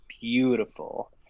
beautiful